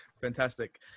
Fantastic